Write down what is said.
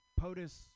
POTUS